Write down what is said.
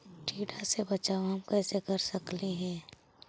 टीडा से बचाव हम कैसे कर सकली हे?